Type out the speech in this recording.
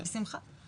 בשמחה.